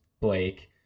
blake